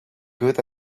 good